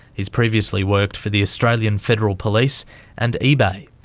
he's previously worked for the australian federal police and ebay.